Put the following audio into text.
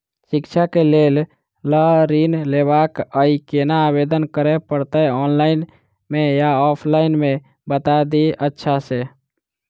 शिक्षा केँ लेल लऽ ऋण लेबाक अई केना आवेदन करै पड़तै ऑनलाइन मे या ऑफलाइन मे बता दिय अच्छा सऽ?